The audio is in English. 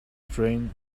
train